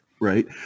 right